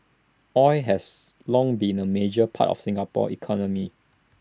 oil has long been A major part of Singapore's economy